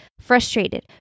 frustrated